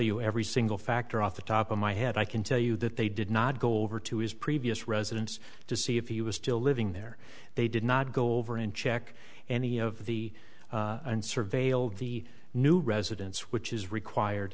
you every single factor off the top of my head i can tell you that they did not go over to his previous residence to see if he was still living there they did not go over and check any of the and surveilled the new residence which is required